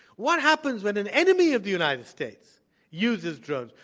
what happens when an enemy of the united states uses drones?